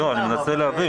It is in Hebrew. לא, אני מנסה להבין.